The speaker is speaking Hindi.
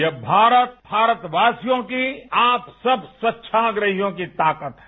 ये भारत भारतवासियों कीए आप सब सवचछाग्र हियों की ताकत हैं